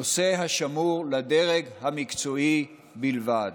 נושא השמור לדרג המקצועי בלבד.